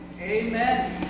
Amen